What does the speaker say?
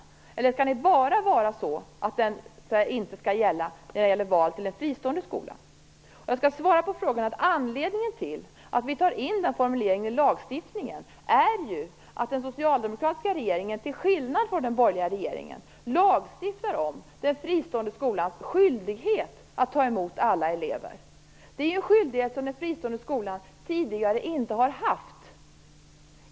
Eller skall det vara så att den inte gäller bara i fråga om val till en fristående skola? Jag skall svara på Ulf Melins fråga. Anledningen till att vi tar med formuleringen i lagstiftningen är att den socialdemokratiska regeringen till skillnad från den borgerliga regeringen lagstiftar om den fristående skolans skyldighet att ta emot alla elever. Det är en skyldighet som den fristående skolan tidigare inte har haft.